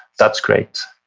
that's great.